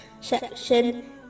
section